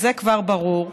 זה כבר ברור.